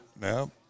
Now